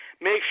Make